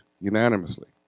unanimously